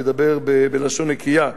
מדבר בלשון נקייה,